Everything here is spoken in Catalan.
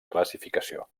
classificació